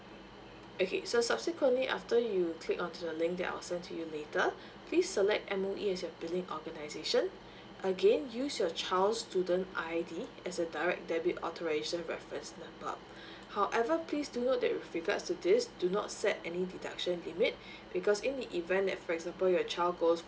okay so subsequently after you click onto the link that I'll send to you later please select M_O_E as your billing organisation again use your child student I_D as a direct debit authorisation reference number however please took note that with regards to this do not set any deduction limit because in the event that for example your child goes